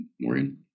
Maureen